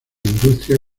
industria